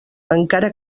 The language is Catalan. encara